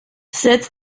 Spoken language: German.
setz